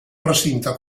recinte